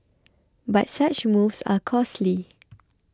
but such moves are costly